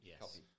Yes